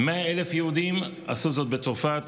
100,000 יהודים עשו זאת בצרפת